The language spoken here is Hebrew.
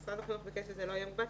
משרד החינוך ביקש שזה לא יהיה מוגבל,